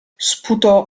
sputò